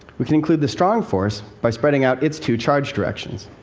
we can include the strong force by spreading out its two charge directions